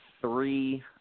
three